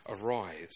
arise